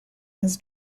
has